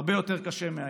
הרבה יותר קשה מהיום.